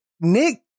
Nick